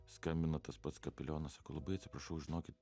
skambina tas pats kapelionas sako labai atsiprašau žinokit